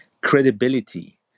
credibility